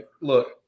look